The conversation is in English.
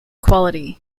quality